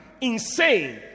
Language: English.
insane